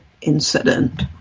incident